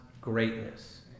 greatness